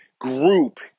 group